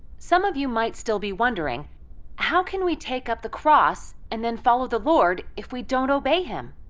some of you might still be wondering how can we take up the cross and then follow the lord if we don't obey him.